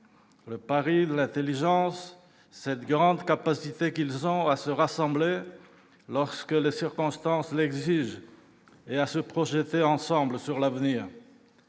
le pari de l'intelligence, avec leur grande capacité à se rassembler lorsque les circonstances l'exigent et à se projeter ensemble dans l'avenir.